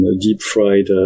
deep-fried